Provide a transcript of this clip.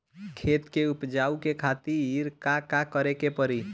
खेत के उपजाऊ के खातीर का का करेके परी?